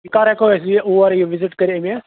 یہِ کَر ہیٚکو أسۍ یہِ اور یہِ وِزِٹ کٔرِتھ أمِس